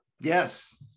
yes